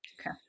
Okay